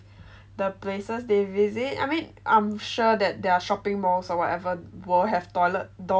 the places they visit I mean I'm sure that there are shopping malls or whatever will have toilet doors